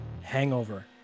Hangover